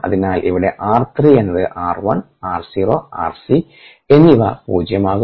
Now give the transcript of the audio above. അതിനാൽ ഇവിടെ r 3 എന്നത് r I r o r c എന്നിവ പൂജ്യമാകും